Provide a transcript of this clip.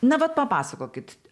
na vat papasakokit